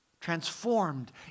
Transformed